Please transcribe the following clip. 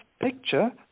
picture